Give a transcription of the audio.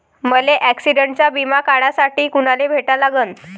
मले ॲक्सिडंटचा बिमा काढासाठी कुनाले भेटा लागन?